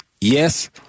yes